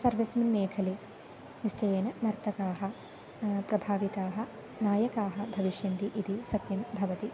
सर्वस्मिन् मेखला निश्चयेन नर्तकाः प्रभाविताः नायकाः भविष्यन्ति इति सत्यं भवति